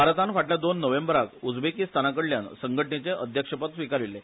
भारतान फाटल्या दोन नोव्हेंबराक उझबेकीस्तानाकडल्यान संघटनेचे अध्यक्षपद स्वीकारिल्ले